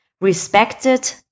respected